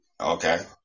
Okay